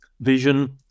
vision